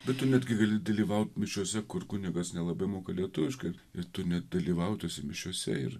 bet tu netgi gali dalyvaut mišiose kur kunigas nelabai moka lietuviškai ir tu ne dalyvauti mišiose ir